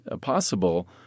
possible